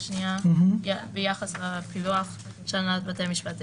שזה עדות של מישהו אחר.